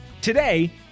Today